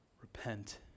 Repent